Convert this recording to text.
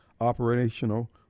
operational